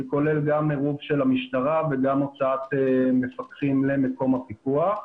שכולל גם עירוב של המשטרה וגם הוצאת מפקחים למקום הפיקוח.